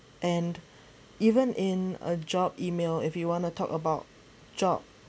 and even in a job E mail if you want to talk about job